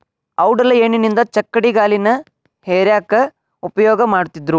ಔಡಲ ಎಣ್ಣಿಯಿಂದ ಚಕ್ಕಡಿಗಾಲಿನ ಹೇರ್ಯಾಕ್ ಉಪಯೋಗ ಮಾಡತ್ತಿದ್ರು